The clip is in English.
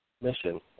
mission